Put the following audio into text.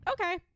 okay